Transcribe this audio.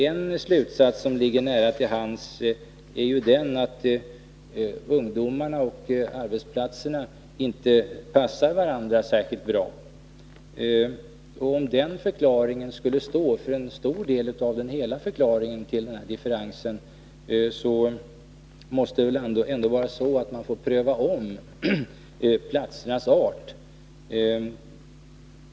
En slutsats som ligger nära till hands är att ungdomarna och arbetsplatserna inte passar varandra särskilt bra. Om den förklaringen skulle vara tillämplig på en stor del av den aktuella differensen, måste man väl ändå ompröva platsernas art.